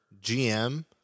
GM